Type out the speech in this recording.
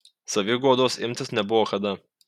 saviguodos imtis nebuvo kada